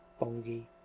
bongi